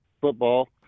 football